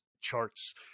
charts